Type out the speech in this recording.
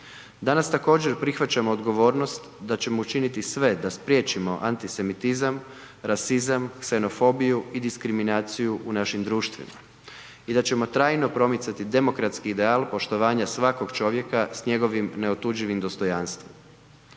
Danas također prihvaćamo odgovornost da ćemo učiniti sve da spriječimo antisemitizam, rasizam, ksenofobiju i diskriminaciju u našim društvima i da ćemo trajno promicati demokratski ideal poštovanja svakog čovjeka s njegovim neotuđivim dostojanstvom.